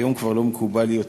היום כבר לא מקובל יותר